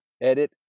edit